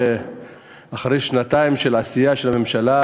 אחרי שנתיים של עשייה של הממשלה,